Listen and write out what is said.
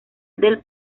del